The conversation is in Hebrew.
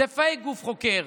זה פייק גוף חוקר,